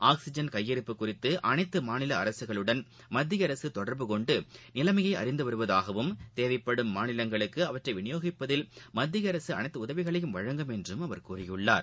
oxygen கையிருப்புக் குறித்து அனைத்து மாநில அரசுகளுடன் மத்திய அரசு தொடர்பு கொண்டு நிலைமையை அறிந்து வருவதாகவும் தேவைப்படும் மாநிலங்களுக்கு அவற்றை விநியோகிப்பதில் மத்திய அரசு அனைத்து உதவிகளையும் வழங்கும் என்றும் அவர் கூறியுள்ளார்